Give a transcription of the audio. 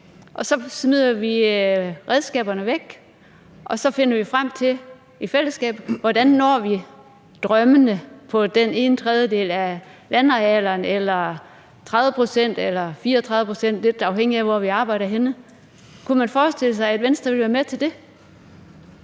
Så smider vi redskaberne væk, og så finder vi frem til i fællesskab, hvordan vi når drømmene på den ene tredjedel af landarealerne – eller 30 pct. eller 34 pct.; det er lidt afhængigt af, hvor vi arbejder henne. Kunne man forestille sig, at Venstre ville være med til det?